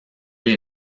les